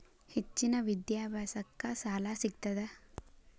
ಹೆಚ್ಚಿನ ವಿದ್ಯಾಭ್ಯಾಸಕ್ಕ ಸಾಲಾ ಸಿಗ್ತದಾ?